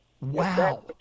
Wow